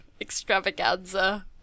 extravaganza